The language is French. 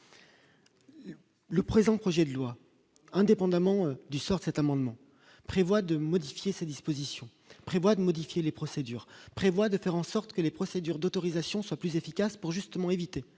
le présent projet de loi, indépendamment du sort cet amendement prévoit de modifier ses dispositions prévoit de modifier les procédures prévoient de faire en sorte que les procédures d'autorisation soit plus efficace, pour justement éviter